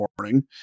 morning